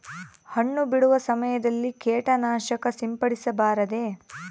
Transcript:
ಹಣ್ಣು ಬಿಡುವ ಸಮಯದಲ್ಲಿ ಕೇಟನಾಶಕ ಸಿಂಪಡಿಸಬಾರದೆ?